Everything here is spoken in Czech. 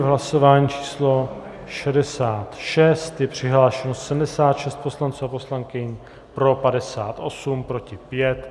V hlasování číslo 66 je přihlášeno 76 poslanců a poslankyň, pro 58, proti 5.